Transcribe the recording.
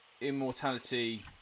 immortality